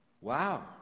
wow